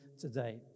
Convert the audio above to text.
today